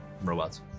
Robots